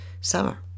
summer